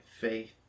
faith